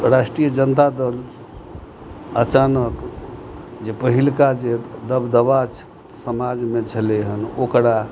राष्ट्रीय जनता दल अचानक जे पहिलुका जे दबदबा समाजमे छलै हन ओकरा